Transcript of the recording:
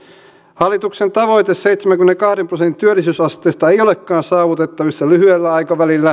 hallituksen tavoite seitsemänkymmenenkahden prosentin työllisyysasteesta ei olekaan saavutettavissa lyhyellä aikavälillä